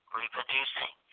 reproducing